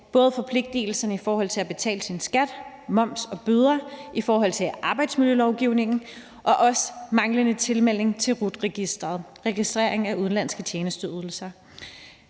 angår forpligtelserne i forhold til at betale skat, moms og bøder, i forhold til arbejdsmiljølovgivningen og også manglende tilmelding til RUT-registeret, altså Registret for udenlandske tjenesteydere.